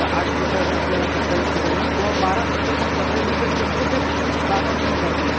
आठ सीटर आपल्याला करता येईल तिकडून किंवा बारा सीटर पण करता येईल म्हणजे सुटसुटीत सामान ठेऊन जात येईल